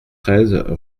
treize